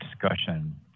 discussion